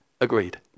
Agreed